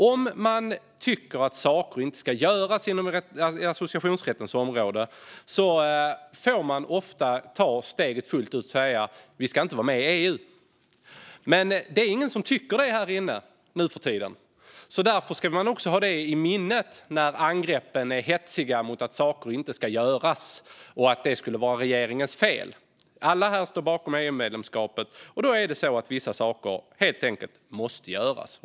Om man tycker att vissa saker inte ska göras inom associationsrättens område får man ofta ta steget fullt ut och säga att vi inte ska vara med i EU. Men nu för tiden finns ingen som tycker det här i kammaren. Därför ska man ha det i minnet när någon gör hetsiga angrepp och säger att saker och ting inte ska göras och att det hela är regeringens fel. Alla här står bakom EU-medlemskapet, och därmed måste vissa saker göras.